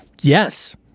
Yes